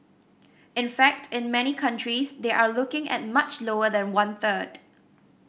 in fact in many countries they are looking at much lower than one third